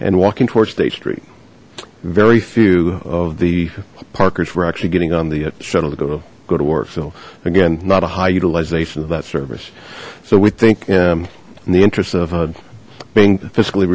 and walking towards state street very few of the parkers were actually getting on the shuttle to go to go to work so again not a high utilization of that service so we think in the interest of being fiscally